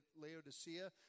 Laodicea